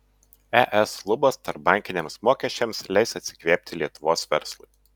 es lubos tarpbankiniams mokesčiams leis atsikvėpti lietuvos verslui